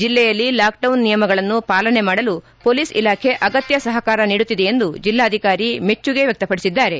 ಜಿಲ್ಲೆಯಲ್ಲಿ ಲಾಕ್ಡೌನ್ ನಿಯಮಗಳನ್ನು ಪಾಲನೆ ಮಾಡಲು ಹೊಲೀಸ್ ಇಲಾಖೆ ಅಗತ್ಯ ಸಹಕಾರ ನೀಡುತ್ತಿದೆ ಎಂದು ಜಿಲ್ಲಾಧಿಕಾರಿ ಮೆಚ್ಚುಗೆ ವ್ಯಕ್ತಪಡಿಸಿದ್ದಾರೆ